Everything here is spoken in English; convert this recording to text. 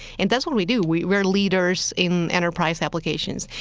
and that's what we do. we are leaders in enterprise applications.